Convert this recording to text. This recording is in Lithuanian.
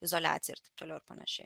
izoliacija ir taip toliau ir panašiai